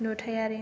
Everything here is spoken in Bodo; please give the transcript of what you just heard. नुथायारि